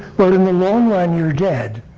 but in the long run, you're dead.